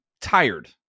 tired